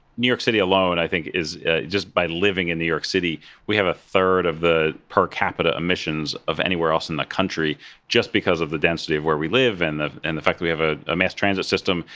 new york city alone, i think, is just by living in new york city we have a third of the per capita emissions of anywhere else in the country just because of the density of where we live, and the and the fact that that we have a a mass transit system,